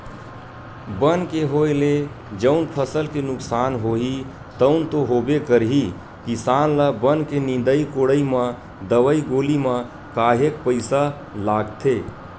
बन के होय ले जउन फसल के नुकसान होही तउन तो होबे करही किसान ल बन के निंदई कोड़ई म दवई गोली म काहेक पइसा लागथे